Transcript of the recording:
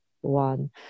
one